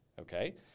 okay